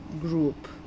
group